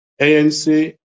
ANC